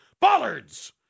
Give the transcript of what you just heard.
Bollards